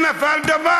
שנפל דבר.